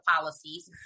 policies